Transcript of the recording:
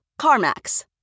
CarMax